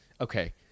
Okay